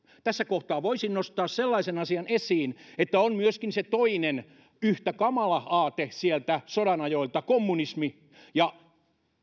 tässä kohtaa voisin nostaa esiin sellaisen asian että on myöskin se toinen yhtä kamala aate sieltä sodan ajoilta kommunismi ja